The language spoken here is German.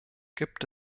gibt